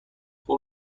خوب